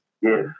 Yes